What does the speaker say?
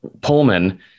Pullman